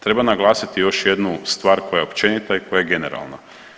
Treba naglasiti još jednu stvar koja je općenita i koja je generalna.